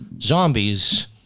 Zombies